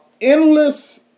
endless